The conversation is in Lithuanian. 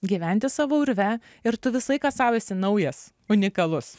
gyventi savo urve ir tu visą laiką sau esi naujas unikalus